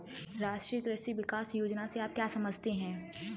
राष्ट्रीय कृषि विकास योजना से आप क्या समझते हैं?